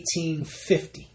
1850